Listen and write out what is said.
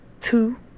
two